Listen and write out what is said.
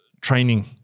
training